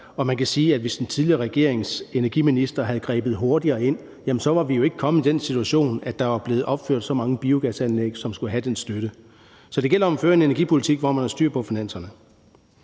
Og man kan sige, at hvis den tidligere regerings energiminister havde grebet hurtigere ind, så var vi jo ikke kommet i den situation, at der var blevet opført så mange biogasanlæg, som skulle have den støtte. Så det gælder om at føre en energipolitik, hvor man har styr på finanserne.